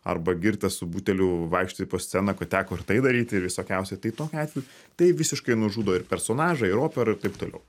arba girtas su buteliu vaikštai po sceną teko ir tai daryti ir visokiausi tai tokiu atveju tai visiškai nužudo ir personažą ir operą ir taip toliau